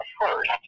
first